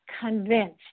convinced